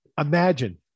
Imagine